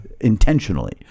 Intentionally